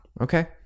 Okay